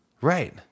right